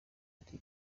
ari